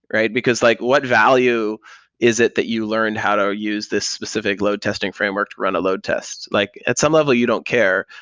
because like what value is it that you learn how to use this specific load testing framework to run a load test? like at some level, you don't care.